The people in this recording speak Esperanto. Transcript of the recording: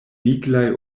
viglaj